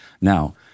now